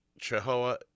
Chihuahua